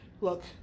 look